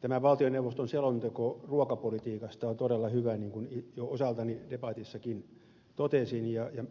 tämä valtioneuvoston selonteko ruokapolitiikasta on todella hyvä niin kuin osaltani debatissakin jo totesin ja